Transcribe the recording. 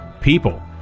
people